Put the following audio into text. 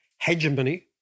hegemony